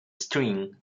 string